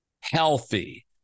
healthy